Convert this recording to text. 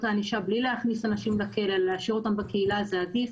הענישה בלי להכניס אנשים לכלא אלא להשאיר אותם בקהילה זה עדיף.